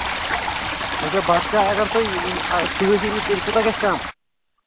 اچھا بَتہٕ تہِ اَگر تُہۍ سۭتۍ أنِو تیٚلہِ کوٗتاہ گژھِ کَم